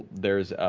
there's